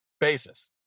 basis